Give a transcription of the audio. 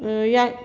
या